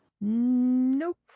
Nope